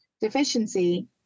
deficiency